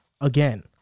again